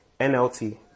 NLT